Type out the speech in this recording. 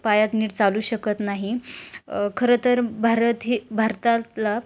पायाच नीट चालू शकत नाही खरं तर भारत ही भारतातला